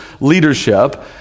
leadership